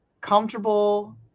comfortable